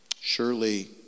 Surely